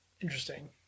Interesting